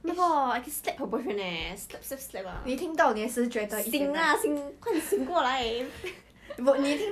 I don't know then after that I was just like ya I can't I can't deal with his guy just break up because